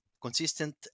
consistent